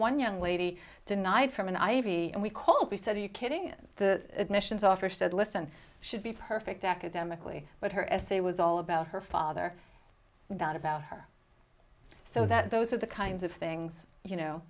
one young lady tonight from an i v and we called we said are you kidding the admissions office said listen should be perfect academically but her essay was all about her father not about her so that those are the kinds of things you know